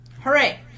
Hooray